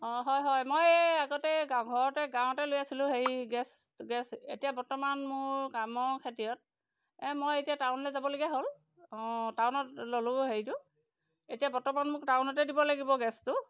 অঁ হয় হয় মই এই আগতে গাঁও ঘৰতে গাঁৱতে লৈ আছিলোঁ হেৰি গেছ গেছ এতিয়া বৰ্তমান মোৰ কামৰ খাতিৰত এই মই এতিয়া টাউনলৈ যাবলগীয়া হ'ল অঁ টাউনত ললোঁ হেৰিটো এতিয়া বৰ্তমান মোক টাউনতে দিব লাগিব গেছটো